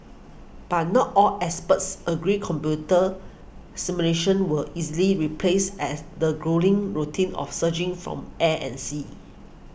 but not all experts agree computer simulations will easily replace as the gruelling routine of searching from air and sea